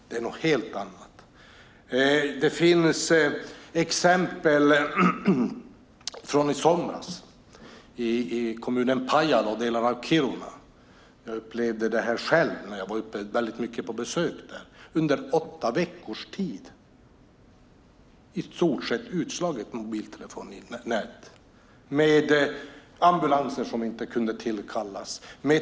Det finns också exempel från i somras i Pajala kommun och delar av Kiruna. Jag upplevde själv problemen eftersom jag mycket var på besök där. Under åtta veckors tid var mobiltelefoninätet i stort sett utslaget. Ambulans kunde inte tillkallas.